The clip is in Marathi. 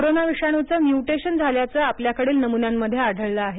कोरोना विषाणूचं म्युटेशन झाल्याचं आपल्याकडील नमुन्यांमध्ये आढळलं आहे